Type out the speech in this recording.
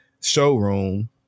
showroom